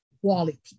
quality